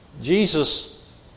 Jesus